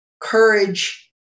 courage